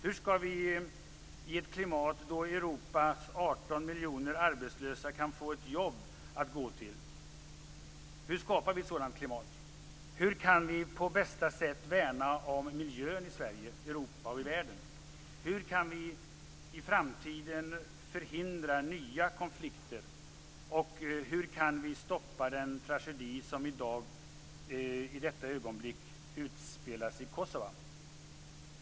Hur skapar vi ett klimat där Europas 18 miljoner arbetslösa kan få ett jobb att gå till? Hur kan vi på bästa sätt värna om miljön i Sverige, Europa och världen? Hur kan vi i framtiden förhindra nya konflikter och hur kan vi stoppa den tragedi som i dag i detta ögonblick utspelas i Kosova?